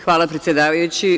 Hvala, predsedavajući.